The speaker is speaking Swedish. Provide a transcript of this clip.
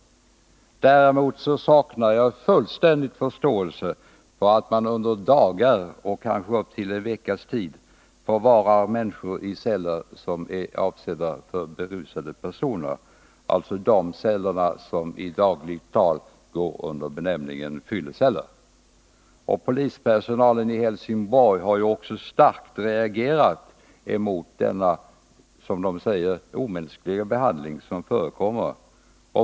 Däremot saknar jag fullständigt förståelse för att man i dagar och kanske upp till en veckas tid förvarar människor i celler som är avsedda för berusade personer, dvs. de celler som i dagligt tal går under benämningen fylleceller. Polispersonalen i Helsingborg har också starkt reagerat mot den, som de säger, omänskliga behandling som förekommer.